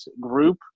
group